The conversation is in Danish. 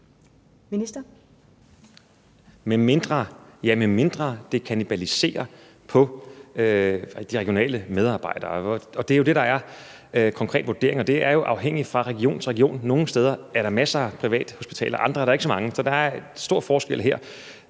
Ja, medmindre det kannibaliserer på de regionale medarbejdere, og det er jo det, der konkret er vurderingen, og det er jo forskelligt fra region til region. Nogle steder er der masser af privathospitaler, og andre er der ikke så mange, så der er en stor forskel her.